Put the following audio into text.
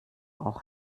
auch